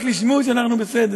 רק כדי שישמעו שאנחנו בסדר.